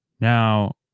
Now